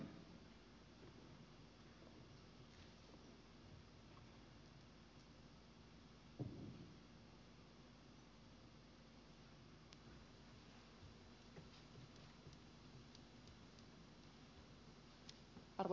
arvoisa puhemies